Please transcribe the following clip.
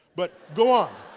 but go on.